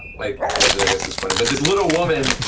like which i guess is funny but this little woman,